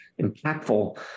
impactful